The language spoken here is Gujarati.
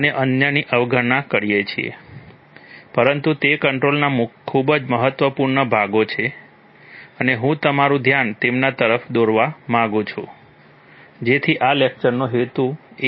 અને અન્યની અવગણના કરીએ છીએ પરંતુ તે કંટ્રોલના ખૂબ જ મહત્વપૂર્ણ ભાગો છે અને હું તમારું ધ્યાન તેમના તરફ દોરવા માંગુ છું જેથી આ લેક્ચરનો હેતુ એ જ છે